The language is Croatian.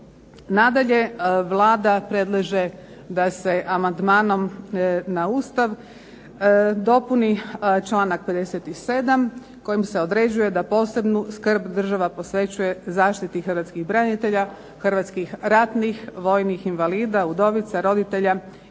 Nadalje Vlada predlaže da se amandmanom na Ustav dopuni članak 57. kojim se određuje da posebnu skrb država posvećuje zaštiti hrvatskih branitelja, hrvatskih ratnih vojnih invalida, udovica, roditelja i djece